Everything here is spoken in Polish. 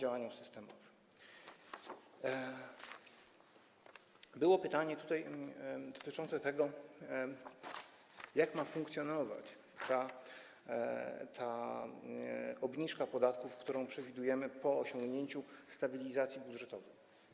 Padło pytanie dotyczące tego, jak ma funkcjonować ta obniżka podatków, którą przewidujemy po osiągnięciu stabilizacji budżetowej.